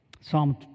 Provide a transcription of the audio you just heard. Psalm